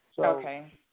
Okay